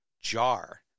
jar